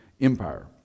empire